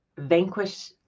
vanquish